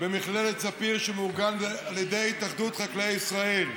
במכללת ספיר שמאורגן על ידי התאחדות חקלאי ישראל.